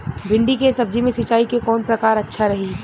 भिंडी के सब्जी मे सिचाई के कौन प्रकार अच्छा रही?